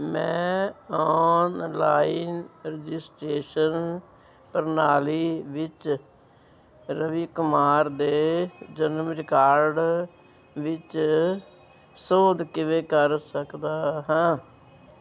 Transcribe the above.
ਮੈਂ online registration ਪ੍ਰਣਾਲੀ ਵਿੱਚ ਰਵੀ ਕੁਮਾਰ ਦੇ ਜਨਮ ਰਿਕਾਰਡ ਵਿੱਚ ਸੋਧ ਕਿਵੇਂ ਕਰ ਸਕਦਾ ਹਾਂ